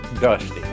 dusty